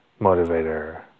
motivator